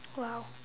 !wow!